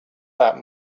that